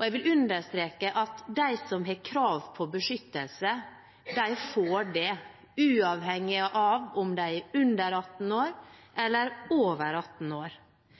Jeg vil understreke at de som har krav på beskyttelse, får det, uavhengig av om de er under 18 år eller over 18 år.